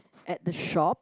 at the shop